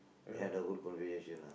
we had a good conversation lah